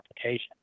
application